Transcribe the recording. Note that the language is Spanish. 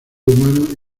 humanos